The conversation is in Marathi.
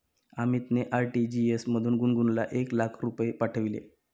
अमितने आर.टी.जी.एस मधून गुणगुनला एक लाख रुपये पाठविले